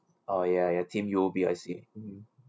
oh ya your team U_O_B I see mm